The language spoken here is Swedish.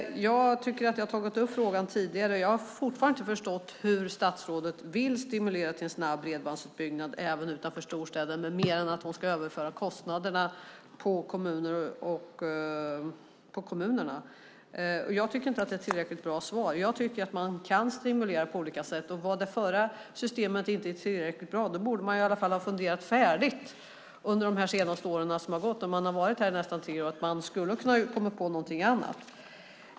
Jag har tagit upp frågan tidigare, och jag har fortfarande inte förstått hur statsrådet vill stimulera till en snabb bredbandsutbyggnad även utanför storstäderna med mer än att hon ska överföra kostnaderna på kommunerna. Jag tycker inte att det är ett tillräckligt bra svar. Jag tycker att man kan stimulera på olika sätt. Var det förra systemet inte tillräckligt bra borde man ha funderat färdigt under de senaste åren, man har haft nästan tre år på sig, och kunnat komma på någonting annat.